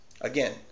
Again